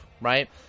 right